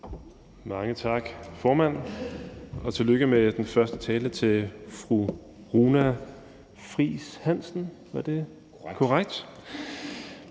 Mange tak, formand, og tillykke med den første tale til fru Runa Friis Hansen. Det er jo et